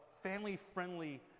family-friendly